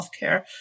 healthcare